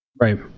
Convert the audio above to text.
right